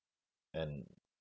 and